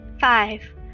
Five